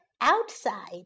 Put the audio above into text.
outside